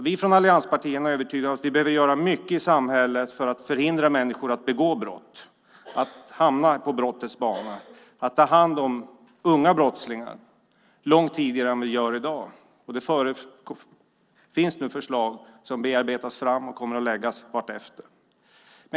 Vi i allianspartierna är övertygade om att vi behöver göra mycket i samhället för att förhindra människor att begå brott och hamna på brottets bana. Det gäller att ta hand om unga brottslingar långt tidigare än vad vi gör i dag. Nu håller förslag på att arbetas fram, och de kommer att läggas fram vartefter.